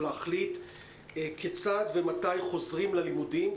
להחליט כיצד ומתי חוזרים ללימודים.